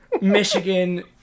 Michigan